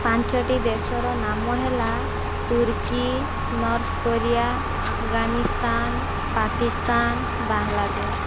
ପାଞ୍ଚୋଟି ଦେଶ ର ନାମ ହେଲା ତୁର୍କୀ ନର୍ଥ କୋରିଆ ଆଫଗାନିସ୍ଥାନ ପାକିସ୍ତାନ ବାଂଲାଦେଶ